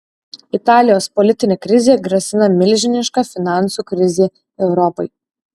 italijos politinė krizė grasina milžiniška finansų krize europai